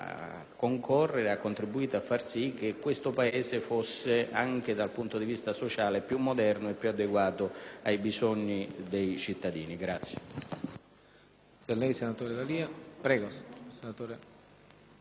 contribuendo anche a far sì che questo Paese fosse, anche dal punto di vista sociale, più moderno e più adeguato ai bisogni dei cittadini.